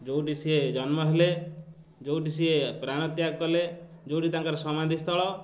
ଯେଉଁଠି ସିଏ ଜନ୍ମ ହେଲେ ଯେଉଁଠି ସିଏ ପ୍ରାଣତ୍ୟାଗ କଲେ ଯେଉଁଠି ତାଙ୍କର ସମାଧି ସ୍ଥଳ